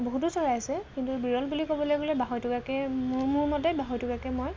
বহুতো চৰাই আছে কিন্তু বিৰল বুলি ক'বলে গ'লে বাঢ়ৈটোকাকে মোৰ মোৰ মতে বাঢ়ৈটোকাকে মই